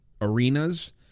arenas